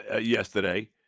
yesterday